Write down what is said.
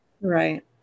Right